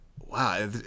Wow